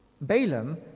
Balaam